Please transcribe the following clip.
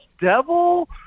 devil